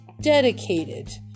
dedicated